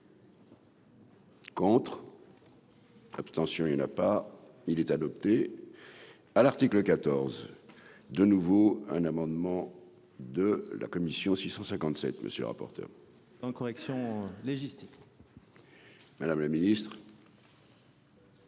Contre. Abstention : il n'a pas, il est adopté à l'article 14 de nouveau un amendement de la commission 657 monsieur le rapporteur. En correction : l'Égypte. Madame le Ministre.